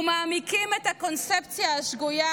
ומעמיקים את הקונספציה השגויה,